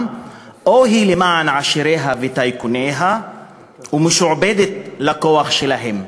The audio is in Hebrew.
או היא למען עשיריה וטייקוניה ומשועבדת לכוח שלהם,